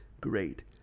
great